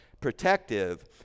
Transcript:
protective